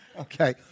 Okay